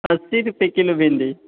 अस्सी रुपए किलो भिंडी